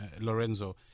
Lorenzo